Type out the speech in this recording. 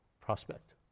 prospect